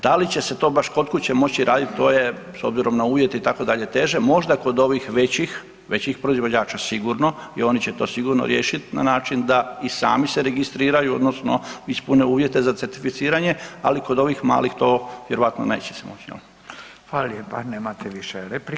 Da li će se to baš kod kuće moći raditi, to je s obzirom na uvjete itd., teže, možda kod ovih većih proizvođača, sigurno i oni će to sigurno riješiti na način da i sami se registriraju odnosno ispune uvjete za certificiranje ali kod ovih malih to vjerovatno neće se moći.